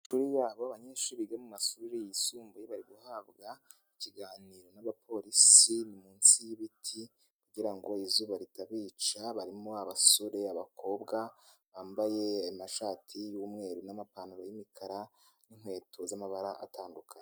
Abanyeshuri bo mu mashuri yisumbuye bari guhabwa ikiganiro n'abapolisi munsi y'ibiti kugira izuba ritabica, barimo abasore n'abakobwa bambaye amashati y'umweru n'amapantaro y'umikara, n'inkweto z'amabara atandukanye.